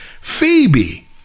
Phoebe